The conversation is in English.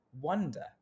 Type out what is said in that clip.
wonder